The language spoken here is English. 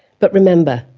but remember,